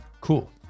Cool